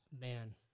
Man